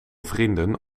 vrienden